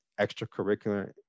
extracurricular